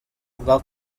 bwa